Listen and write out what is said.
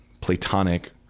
platonic